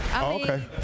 okay